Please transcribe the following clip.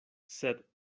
sed